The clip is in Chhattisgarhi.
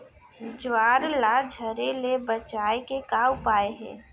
ज्वार ला झरे ले बचाए के का उपाय हे?